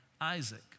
Isaac